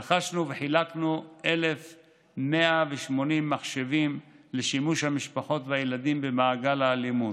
רכשנו וחילקנו 1,180 מחשבים לשימוש המשפחות והילדים במעגל האלימות.